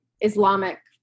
Islamic